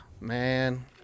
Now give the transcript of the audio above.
man